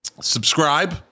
Subscribe